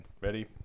Ready